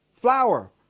flour